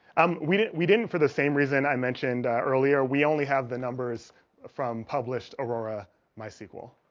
um we didn't we didn't for the same reason i mentioned earlier. we only have the numbers from published aurora my sequel